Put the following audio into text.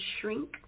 shrink